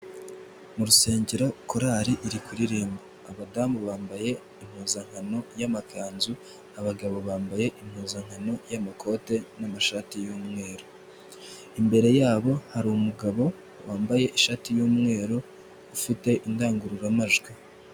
Mu rusengero korari iri kuririmba, abadamu bambaye impuzankano y'amakanzu abagabo bambaye impuzankano y'amakote n'amashati y'umweru, imbere yabo hari umugabo wambaye ishati y'umweru ufite indangururamajwi.